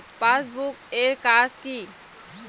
Passbook এর কাজ কি?